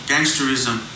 Gangsterism